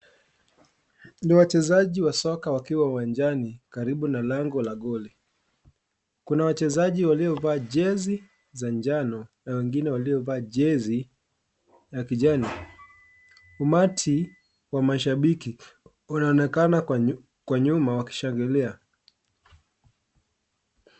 Ni wachezaji wa soka wakiwa uwanjani karibu na lango la goli. Kuna wachezaji waliovaa jezi za njano na wengine waliovaa jezi ya kijani. Umati wa mashabiki unaonekana kwa nyuma wakishangilia.